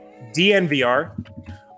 DNVR